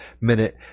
minute